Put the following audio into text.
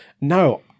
no